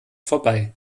vorbei